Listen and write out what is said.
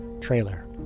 trailer